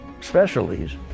specialties